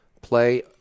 play